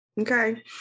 Okay